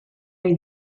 ohi